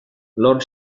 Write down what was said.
lord